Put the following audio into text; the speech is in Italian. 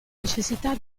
necessità